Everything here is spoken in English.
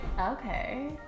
Okay